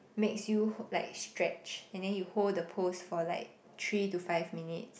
makes you like stretch and then you hold the poles for like three to five minutes